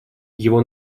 его